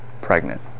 Pregnant